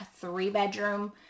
three-bedroom